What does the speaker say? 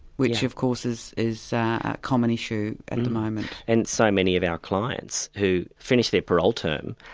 which of course is is a common issue at the moment. and so many of our clients who finished their parole term,